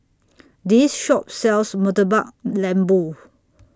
This Shop sells Murtabak Lembu